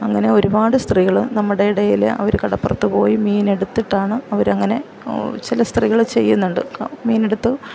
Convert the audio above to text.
അങ്ങനെ ഒരുപാട് സ്ത്രീകള് നമ്മുടെ ഇടയില് അവര് കടപ്പുറത്ത് പോയി മീനെടുത്തിട്ടാണ് അവര് അങ്ങനെ ചില സ്ത്രീകള് ചെയ്യുന്നുണ്ട് മീനെടുത്ത്